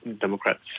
Democrats